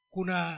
Kuna